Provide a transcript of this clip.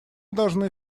должны